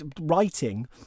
writing